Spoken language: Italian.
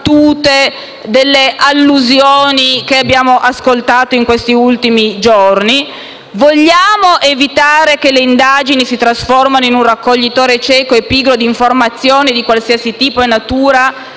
delle allusioni, che abbiamo ascoltato in questi ultimi giorni? Vogliamo evitare che le indagini si trasformino in un raccoglitore cieco e pigro di informazioni di qualsiasi tipo e natura,